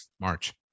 March